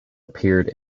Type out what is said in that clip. appeared